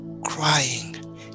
crying